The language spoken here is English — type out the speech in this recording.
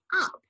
up